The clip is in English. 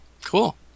Cool